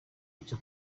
icyo